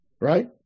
right